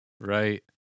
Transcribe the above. Right